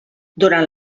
durant